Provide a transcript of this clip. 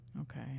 okay